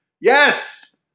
Yes